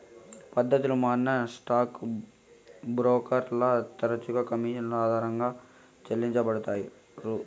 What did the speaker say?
పద్దతులు మారినా స్టాక్ బ్రోకర్లు తరచుగా కమిషన్ ఆధారంగా చెల్లించబడతారు